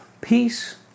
peace